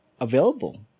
available